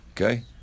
Okay